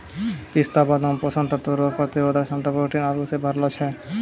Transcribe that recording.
पिस्ता बादाम पोषक तत्व रोग प्रतिरोधक क्षमता प्रोटीन आरु से भरलो छै